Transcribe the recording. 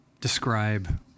describe